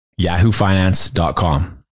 yahoofinance.com